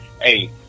hey